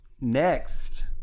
Next